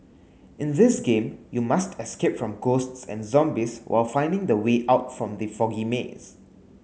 in this game you must escape from ghosts and zombies while finding the way out from the foggy maze